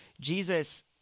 Jesus